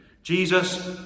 Jesus